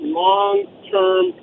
long-term